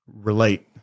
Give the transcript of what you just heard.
relate